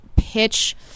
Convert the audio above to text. pitch